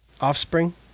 Offspring